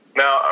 now